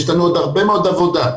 יש לנו עוד הרבה מאוד עבודה,